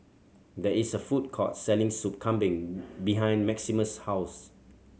there is a food court selling Soup Kambing behind Maximus' house